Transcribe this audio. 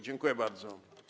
Dziękuję bardzo.